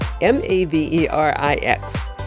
M-A-V-E-R-I-X